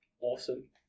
Awesome